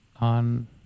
on